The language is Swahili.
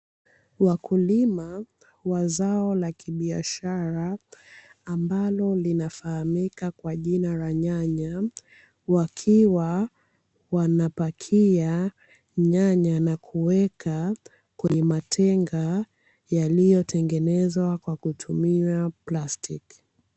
Wakulima wa zao la kibiashara ambalo linafahamika kwa jina la nyanya wakiwa wanapakia nyanya na kuweka kwenye matenga yaliyotengenezwa kwa kutumia plastiki.